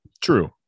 true